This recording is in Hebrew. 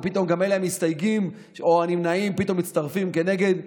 ופתאום גם אלה המסתייגים או הנמנעים מצטרפים נגד.